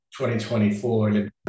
2024